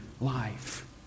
life